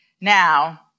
Now